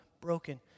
broken